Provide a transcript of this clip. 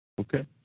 Okay